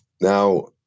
Now